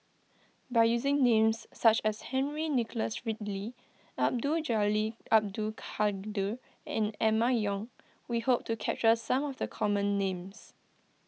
by using names such as Henry Nicholas Ridley Abdul Jalil Abdul Kadir and Emma Yong we hope to capture some of the common names